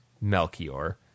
Melchior